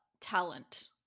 talent